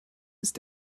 ist